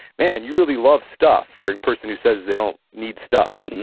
man, you really love stuff for a person who says they don't need stuff.